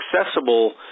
accessible